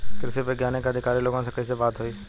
कृषि वैज्ञानिक या अधिकारी लोगन से कैसे बात होई?